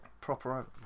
proper